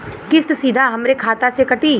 किस्त सीधा हमरे खाता से कटी?